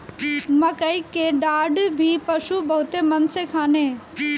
मकई के डाठ भी पशु बहुते मन से खाने